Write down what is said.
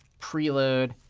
preload.